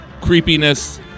creepiness